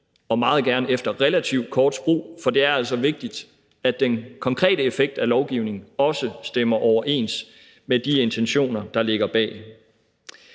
og meget gerne efter relativt kort brug, for det er altså vigtigt, at den konkrete effekt af lovgivningen også stemmer overens med de intentioner, der ligger bag.